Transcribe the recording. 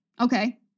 Okay